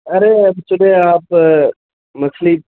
ارے اب چلیں آپ مچھلی